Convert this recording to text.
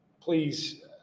please